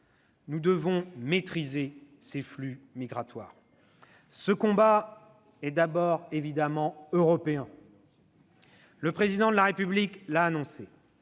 nous devons maîtriser ces flux migratoires. « Ce combat est évidemment d'abord européen. Le Président de la République l'a annoncé